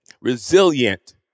Resilient